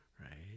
right